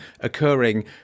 occurring